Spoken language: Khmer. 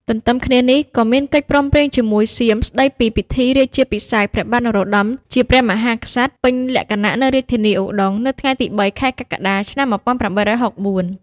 ទន្ទឹមគ្នានេះ ក៏មានកិច្ចព្រមព្រៀងជាមួយសៀមស្តីពីពិធីរាជាភិសេកព្រះបាទនរោត្តមជាព្រះមហាក្សត្រពេញលក្ខណៈនៅរាជធានីឧដុង្គ នៅថ្ងៃទី ៣ ខែកក្កដា ឆ្នាំ ១៨៦៤។